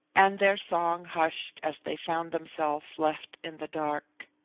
and their song hushed as they found themselves left in the dark.